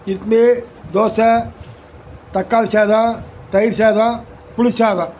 இட்லி தோசை தக்காளி சாதம் தயிர் சாதம் புளி சாதம்